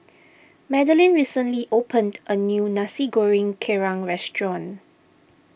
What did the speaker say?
Madilyn recently opened a new Nasi Goreng Kerang restaurant